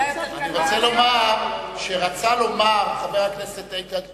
אני רוצה לומר שרצה לומר חבר הכנסת איתן כבל: